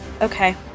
Okay